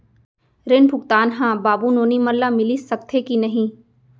ऋण भुगतान ह बाबू नोनी मन ला मिलिस सकथे की नहीं?